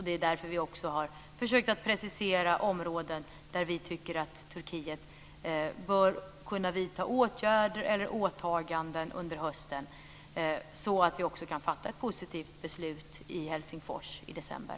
Det är därför vi har försökt precisera områden där vi tycker att Turkiet bör kunna vidta åtgärder eller göra åtaganden under hösten, så att vi kan fatta ett positivt beslut i Helsingfors i december.